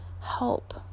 help